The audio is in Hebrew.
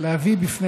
להביא בפני